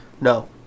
No